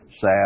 sad